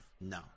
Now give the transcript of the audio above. No